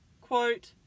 quote